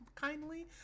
kindly